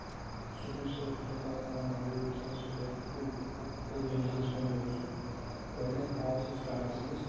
سُہ چھُ نہٕ صرف ہِندُستانس تل مہدوٗد کیٚنٛہہ سُہ تور فُل فُل دُنیاہَس کُن توٚر سُہ گۄڈٕنیتھ آو سُہ سٔٹارٹَس منٛز